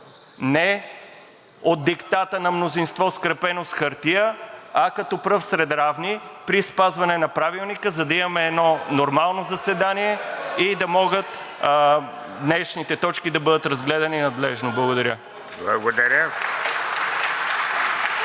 не от диктата на мнозинство, скрепено с хартия, а като пръв сред равни при спазване на Правилника, за да имаме едно нормално заседание и да могат днешните точки да бъдат разгледани надлежно. Благодаря.